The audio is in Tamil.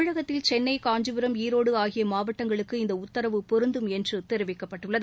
தமிழகத்தில் சென்னை காஞ்சிபுரம் ஈரோடு ஆகிய மாவட்டங்களுக்கு இந்த பரிந்துரை பொருந்தும் என்று தெரிவிக்கப்பட்டுள்ளது